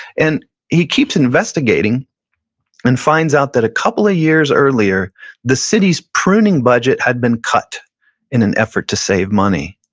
and he keeps investigating and finds out that a couple of years earlier the city's pruning budget had been cut in an effort to save money.